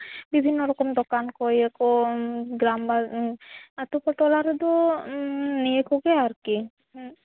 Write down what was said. ᱵᱤᱵᱷᱤᱱᱱᱚ ᱨᱚᱠᱚᱢ ᱫᱚᱠᱟᱱ ᱠᱚ ᱤᱭᱟᱹ ᱠᱚ ᱜᱨᱟ ᱟᱨ ᱟᱛᱳ ᱠᱚ ᱛᱟᱞᱟ ᱨᱮᱫᱚ ᱱᱤᱭᱟᱹ ᱠᱚᱜᱮ ᱟᱨᱠᱤ ᱦᱩᱸ